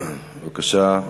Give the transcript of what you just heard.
בבקשה.